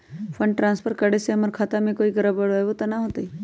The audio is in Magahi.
फंड ट्रांसफर करे से हमर खाता में कोई गड़बड़ी त न होई न?